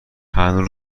هنوز